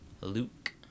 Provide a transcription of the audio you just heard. Luke